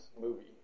movie